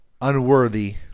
unworthy